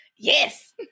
Yes